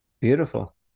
Beautiful